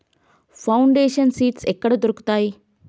Foundation seeds ఎక్కడ దొరుకుతాయి?